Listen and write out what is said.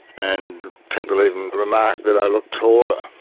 and people even remark that i look taller,